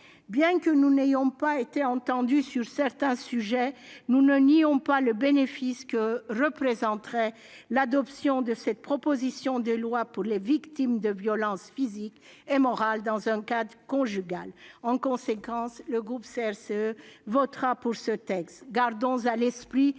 Bien que nous n'ayons pas été entendus sur certains sujets, nous ne nions pas le bénéfice que représenterait l'adoption de cette proposition de loi pour les victimes de violences physiques et morales dans un cadre conjugal. En conséquence, le groupe CRCE votera ce texte. Gardons à l'esprit tout le travail qu'il nous